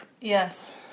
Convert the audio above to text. Yes